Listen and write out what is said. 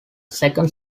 second